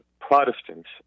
Protestants